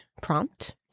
prompt